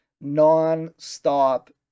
non-stop